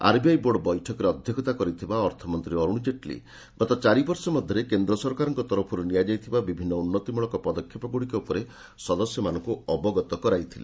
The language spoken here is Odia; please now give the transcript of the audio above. ଆର୍ବିଆଇ ବୋର୍ଡ ବୈଠକରେ ଅଧ୍ୟକ୍ଷତା କରିଥିବା ଅର୍ଥମନ୍ତ୍ରୀ ଅରୁଣ ଜେଟ୍ଲୀ ଗତ ଚାରିବର୍ଷ ମଧ୍ୟରେ କେନ୍ଦ୍ର ସରକାରଙ୍କ ତରଫରୁ ନିଆଯାଇଥିବା ବିଭିନ୍ନ ଉନ୍ନତିମୂଳକ ପଦକ୍ଷେପଗୁଡ଼ିକ ଉପରେ ସଦସ୍ୟମାନଙ୍କୁ ଅବଗତ କରାଇଥିଲେ